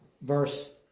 verse